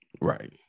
Right